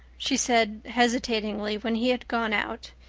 she said hesitatingly when he had gone out,